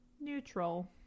neutral